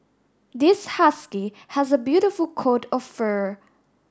this husky has a beautiful coat of fur